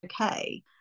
okay